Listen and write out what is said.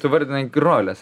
tu vardinai roles